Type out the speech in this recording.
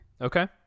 Okay